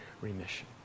remission